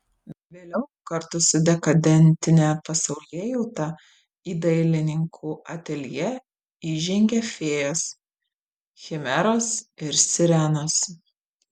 vėliau kartu su dekadentine pasaulėjauta į dailininkų ateljė įžengė fėjos chimeros ir sirenos